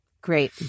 Great